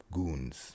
goons